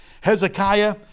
Hezekiah